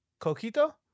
coquito